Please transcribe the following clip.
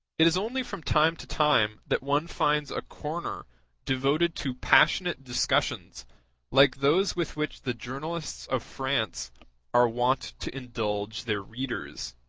it is only from time to time that one finds a corner devoted to passionate discussions like those with which the journalists of france are wont to indulge their readers.